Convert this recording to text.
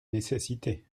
nécessité